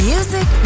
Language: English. Music